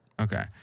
Okay